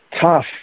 tough